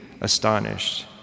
astonished